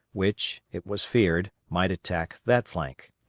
which, it was feared, might attack that flank.